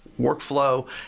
workflow